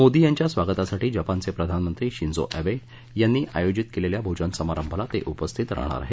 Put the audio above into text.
मोदी यांच्या स्वागतासाठी जपानचे प्रधानमंत्री शिंजो अॅबे यांनी आयोजित केलेल्या भोजन समारंभाला ते उपस्थित राहणार आहेत